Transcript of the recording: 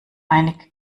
einige